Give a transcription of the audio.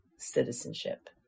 citizenship